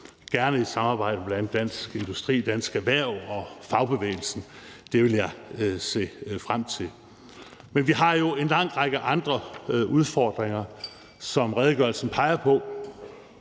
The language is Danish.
gerne i et samarbejde med bl.a. Dansk Industri, Dansk Erhverv og fagbevægelsen. Det vil jeg se frem til. Men vi har jo en lang række andre udfordringer, som redegørelsen peger på.